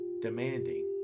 demanding